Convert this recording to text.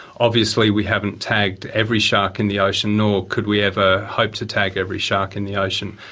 obviously we haven't tagged every shark in the ocean, nor could we ever hope to tag every shark in the ocean,